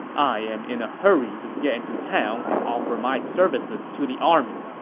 i am in a hurry to get into town and offer my services to the army.